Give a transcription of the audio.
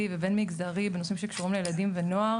ובין מגזרי בנושאים שקשורים לילדים ונוער,